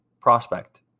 Prospect